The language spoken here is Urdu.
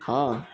ہاں